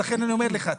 לכן אני אומר לך,